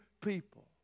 people